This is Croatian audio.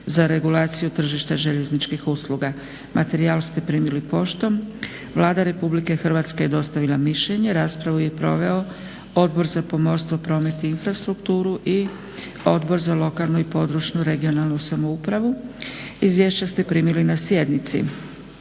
za regulaciju tržišta željezničkih usluga. Materijal ste primili poštom. Vlada RH je dostavila mišljenje. raspravu je proveo Odbor za pomorstvo, promet i infrastrukturu i Odbor za lokalnu i područnu (regionalna) samoupravu. Izvješća ste primili na sjednici.